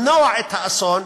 למנוע את האסון,